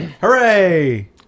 Hooray